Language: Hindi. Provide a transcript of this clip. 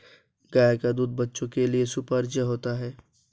गाय का दूध बच्चों के लिए सुपाच्य होता है